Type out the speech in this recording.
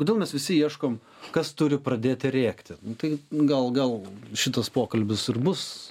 kodėl mes visi ieškom kas turi pradėti rėkti tai gal gal šitas pokalbis ir bus